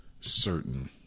certain